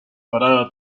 parada